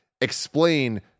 explain